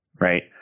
right